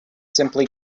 simply